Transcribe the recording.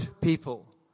people